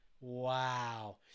Wow